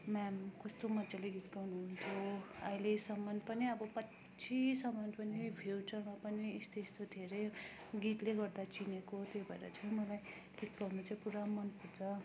ma'am कस्तो मजाले गीत गाउनुहुन्थ्यो अहिलेसम्म पनि अब पछिसम्म पनि फ्युचरमा पनि यस्तो यस्तो धेरै गीतले गर्दा चिनेको त्यही भएर चाहिँ मलाई गीत गाउनु चाहिँ पुरा मनपर्छ